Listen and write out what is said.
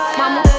mama